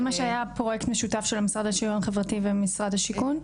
זה מה שהיה פרויקט משותף של המשרד לשוויון חברתי ומשרד השיכון?